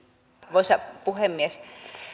arvoisa puhemies